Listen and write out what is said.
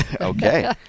Okay